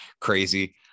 crazy